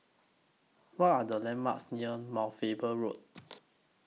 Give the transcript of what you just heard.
What Are The landmarks near Mount Faber Road